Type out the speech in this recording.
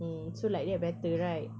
mm so like that better right